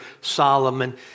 Solomon